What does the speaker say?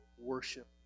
worship